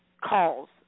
calls